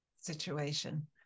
situation